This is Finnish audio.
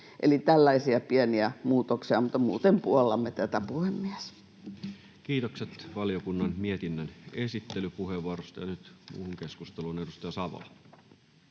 Eli tällaisia pieniä muutoksia, mutta muuten puollamme tätä, puhemies. Kiitokset valiokunnan mietinnön esittelypuheenvuorosta, ja nyt muuhun keskusteluun. — Edustaja Savola.